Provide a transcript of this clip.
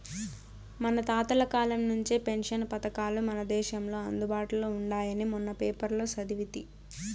మన తాతల కాలం నుంచే పెన్షన్ పథకాలు మన దేశంలో అందుబాటులో ఉండాయని మొన్న పేపర్లో సదివితి